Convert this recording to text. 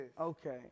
Okay